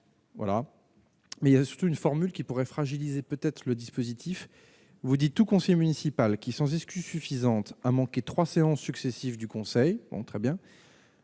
Voilà, mais il y a une formule qui pourrait fragiliser peut-être le dispositif vous dites ou conseiller municipal qui sans excuse suffisante, a manqué 3 séances successives du Conseil très bien.